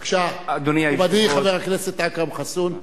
בבקשה, מכובדי, חבר הכנסת אכרם חסון.